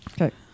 Okay